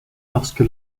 lorsque